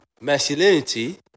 masculinity